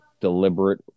deliberate